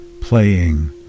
playing